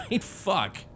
fuck